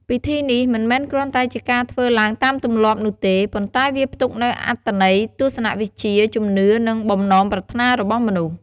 ពិធីនេះមិនមែនគ្រាន់តែជាការធ្វើឡើងតាមទម្លាប់នោះទេ ប៉ុន្តែវាផ្ទុកនូវអត្ថន័យទស្សនវិជ្ជា ជំនឿ និងបំណងប្រាថ្នារបស់មនុស្ស។